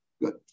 Good